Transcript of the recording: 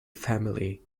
family